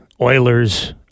Oilers